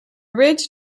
ridge